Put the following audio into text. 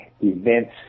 events